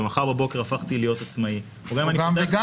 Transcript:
ומחר בבוקר הפכתי להיות עצמאי --- או גם וגם.